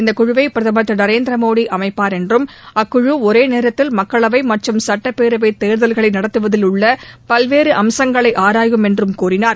இந்தக் குழுவை பிரதமர் திரு நரேந்திர மோடி அமைப்பார் என்றும் அக்குழு ஒரே நேரத்தில் மக்களவை மற்றும் சுட்டப்பேரவை தேர்தல்களை நடத்துவதில் உள்ள பல்வேறு அம்சங்களை ஆராயும் என்றும் கூறினார்